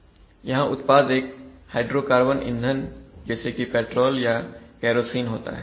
यहां उत्पाद एक हाइड्रोकार्बन इंधन जैसे कि पेट्रोल या केरोसिन होता है